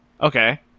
Okay